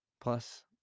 plus